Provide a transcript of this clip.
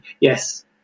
Yes